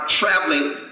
traveling